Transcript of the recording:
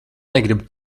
negribu